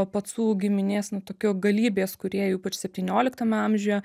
pacų giminės nu tokiu galybės kūrėju ypač septynioliktame amžiuje